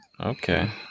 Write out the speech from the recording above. okay